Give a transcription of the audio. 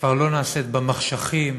כבר לא נעשית במחשכים